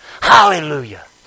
Hallelujah